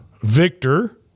Victor